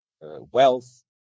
wealth